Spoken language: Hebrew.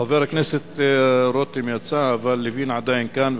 חבר הכנסת רותם יצא אבל לוין עדיין כאן,